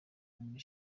muri